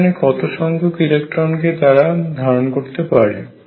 এখানে কত সংখ্যক ইলেকট্রনকে তারা ধারণ করতে পারে